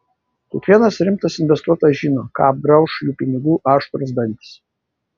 kiekvienas rimtas investuotojas žino ką apgrauš jų pinigų aštrūs dantys